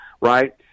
right